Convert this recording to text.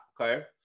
Okay